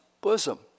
bosom